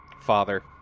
father